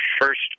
first